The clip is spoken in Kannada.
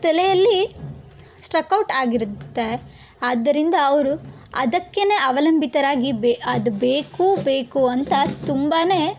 ತಲೆಯಲ್ಲಿ ಸ್ಟ್ರಕ್ ಔಟ್ ಆಗಿರುತ್ತೆ ಆದ್ದರಿಂದ ಅವರು ಅದಕ್ಕೇ ಅವಲಂಬಿತರಾಗಿ ಬೇ ಅದು ಬೇಕು ಬೇಕು ಅಂತ ತುಂಬಾ